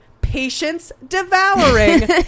patience-devouring